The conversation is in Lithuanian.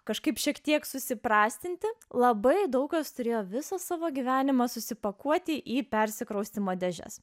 kažkaip šiek tiek susiprastinti labai daug kas turėjo visą savo gyvenimą susipakuoti į persikraustymą dėžes